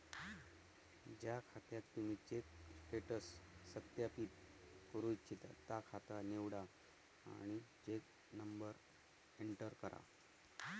ज्या खात्याक तुम्ही चेक स्टेटस सत्यापित करू इच्छिता ता खाता निवडा आणि चेक नंबर एंटर करा